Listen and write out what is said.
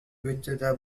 with